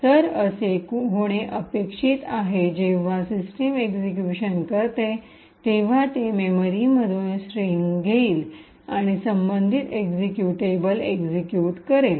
तर असे होणे अपेक्षित आहे जेव्हा सिस्टम एक्सिक्यूशन करते तेव्हा ते मेमरीमधून स्ट्रिंग घेईल आणि संबंधित एक्सिक्यूटेबल एक्सिक्यूट करेल